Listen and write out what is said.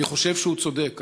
אני חושב שהוא צודק.